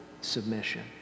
submission